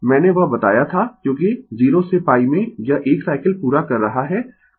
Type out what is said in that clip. मैंने वह बताया था क्योंकि 0 से π में यह 1 साइकिल पूरा कर रहा है